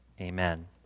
amen